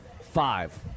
Five